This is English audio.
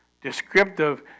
Descriptive